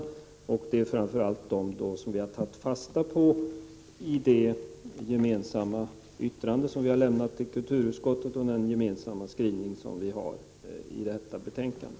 Det är framför allt dessa som vi har tagit fasta på i det gemensamma yttrande som vi har gjort i kulturutskottet och som framgår av den gemensamma skrivning som vi har i detta betänkande.